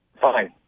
Fine